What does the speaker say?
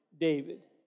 David